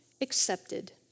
accepted